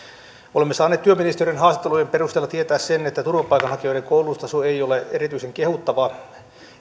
olemme saaneet työministeriön haastattelujen perusteella tietää sen että turvapaikanhakijoiden koulutustaso ei ole erityisen kehuttava